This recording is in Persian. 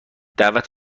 دعوت